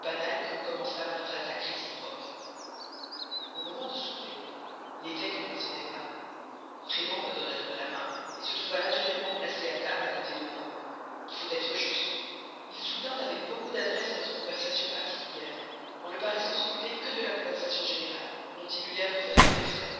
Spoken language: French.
que nous commençâmes notre attaque réciproque au moment du souper l'évêque ne descendait pas prévan me donna donc la main se trouva naturellement placé à table à côté de moi il faut être juste il soutint avec beaucoup d'adresse notre conversation particulière en ne paraissant s'occuper que de la conversation générale dont il eut l'air de faire tous les frais